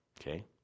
okay